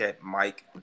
Mike